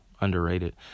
Underrated